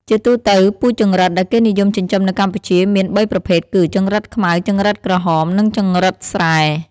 ជាទូទៅ ពូជចង្រិតដែលគេនិយមចិញ្ចឹមនៅកម្ពុជាមានបីប្រភេទគឺ ចង្រិតខ្មៅ ចង្រិតក្រហម និងចង្រិតស្រែ។